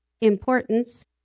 importance